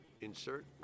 Insert